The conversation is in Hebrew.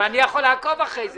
אני יכול לעקוב אחרי זה.